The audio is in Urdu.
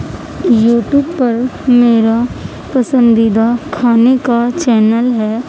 یوٹیوب پر میرا پسندیدہ کھانے کا چینل ہے